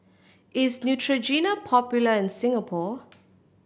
is Neutrogena popular in Singapore